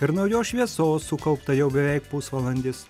ir naujos šviesos sukaupta jau beveik pusvalandis